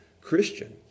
Christian